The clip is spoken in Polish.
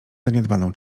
zaniedbaną